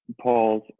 Paul's